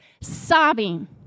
sobbing